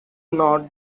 not